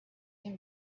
him